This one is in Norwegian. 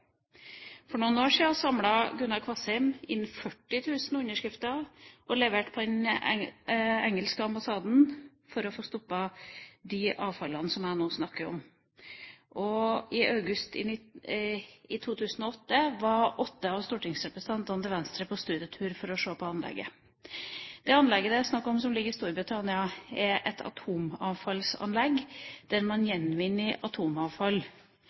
For noen år siden samlet Gunnar Kvassheim inn 40 000 underskrifter og leverte dem på den engelske ambassaden for å få stoppet avfallet som jeg nå snakker om. I august i 2008 var åtte av Venstres stortingsrepresentanter på studietur for å se på anlegget. Det anlegget som det er snakk om, ligger i Storbritannia. Det er et atomavfallsanlegg der man gjenvinner atomavfall.